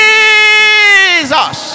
Jesus